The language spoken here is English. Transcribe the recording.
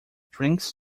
drinks